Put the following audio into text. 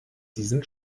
diesen